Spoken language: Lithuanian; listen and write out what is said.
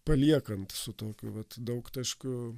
paliekant su tokiu vat daugtaškiu